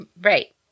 Right